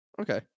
Okay